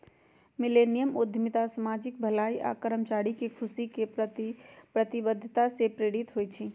millennium उद्यमिता सामाजिक भलाई आऽ कर्मचारी के खुशी के प्रति प्रतिबद्धता से प्रेरित होइ छइ